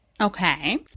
Okay